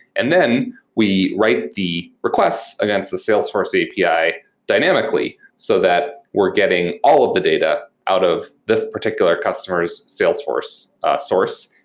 and then we write the requests against the salesforce api dynamically so that we're getting all of the data out of this particular customer s salesforce source.